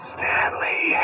Stanley